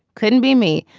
couldn't be me.